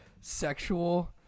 sexual